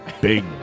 big